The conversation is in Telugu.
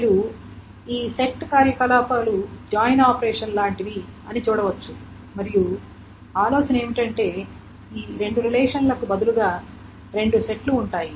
మీరు ఈ సెట్ కార్యకలాపాలు జాయిన్ ఆపరేషన్ లాంటివి అని చూడవచ్చు మరియు ఆలోచన ఏమిటంటే రెండు రిలేషన్లకు బదులుగా రెండు సెట్లు ఉంటాయి